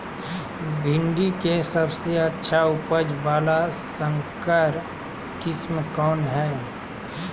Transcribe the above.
भिंडी के सबसे अच्छा उपज वाला संकर किस्म कौन है?